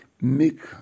Make